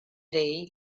day